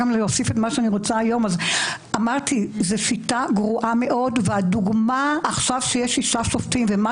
שזאת שיטה גרועה מאוד והדוגמה שיש עכשיו היא שישה שופטים ומה